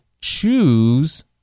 choose